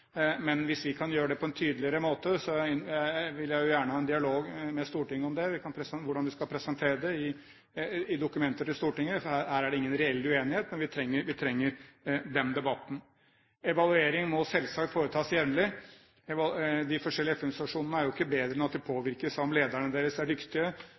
Men hvis vi kan gjøre det på en tydeligere måte, vil jeg jo gjerne ha en dialog med Stortinget om det, om hvordan vi skal presentere det i dokumenter til Stortinget. Her er det ingen reell uenighet, men vi trenger den debatten. Evaluering må selvsagt foretas jevnlig. De forskjellige FN-organisasjonene er jo ikke bedre enn at de påvirkes av om lederne deres er dyktige,